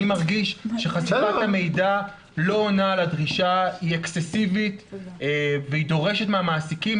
אני מרגיש שחשיפת המידע לא עונה על הדרישה והיא דורשת מהמעסיקים,